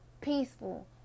Peaceful